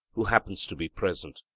who happens to be present.